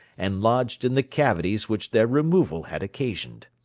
and lodged in the cavities which their removal had occasioned.